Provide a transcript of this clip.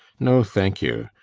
no thank you!